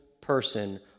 person